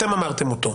אתם אמרתם אותו.